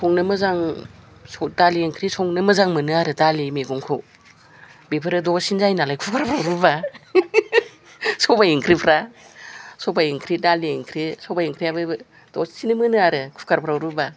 संनो मोजां दालि ओंख्रि संनो मोजां मोनो आरो दालि मैगंखौ बेफोरो दसेनो जायो नालाय खुखाराव रुबा सबाइ ओंख्रिफ्रा सबाइ ओंख्रि दालि ओंख्रि सबाइ ओंख्रियाबो दसेनो मोनो आरो खुखारफ्राव रुबा